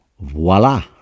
voila